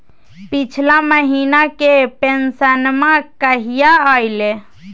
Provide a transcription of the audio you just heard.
पिछला महीना के पेंसनमा कहिया आइले?